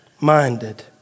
minded